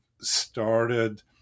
started